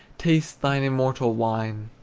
taste thine immortal wine!